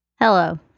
Hello